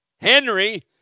Henry